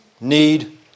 need